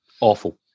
awful